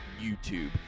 YouTube